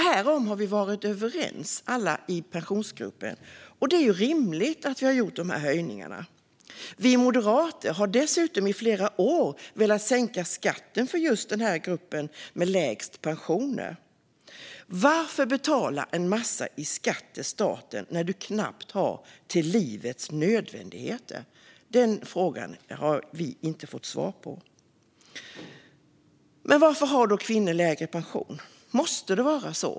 Härom har vi i Pensionsgruppen varit överens, och det är rimligt att vi har gjort dessa höjningar. Vi moderater har dessutom i flera år velat sänka skatten för just gruppen med lägst pensioner. Varför betala en massa i skatt till staten när du knappt har till livets nödvändigheter? Den frågan har vi inte fått svar på. Varför har då kvinnor lägre pension? Måste det vara så?